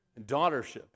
Daughtership